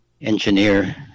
engineer